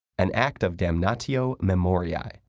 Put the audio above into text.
an act of damnatio memoriae,